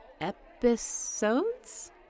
Episodes